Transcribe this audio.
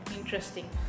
Interesting